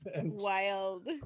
wild